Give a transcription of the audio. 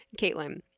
Caitlin